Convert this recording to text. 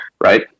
right